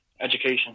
education